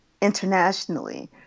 internationally